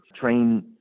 train